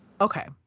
Okay